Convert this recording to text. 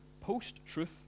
post-truth